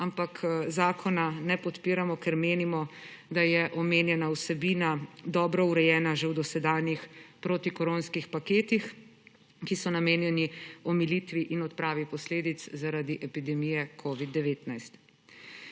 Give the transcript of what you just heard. ampak zakona ne podpiramo, ker menimo, da je omenjena vsebina dobro urejena že v dosedanjih protikoronskih paketih, ki so namenjeni omilitvi in odpravi posledic zaradi epidemije covida-19.